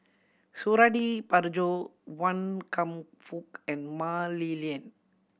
Suradi Parjo Wan Kam Fook and Mah Li Lian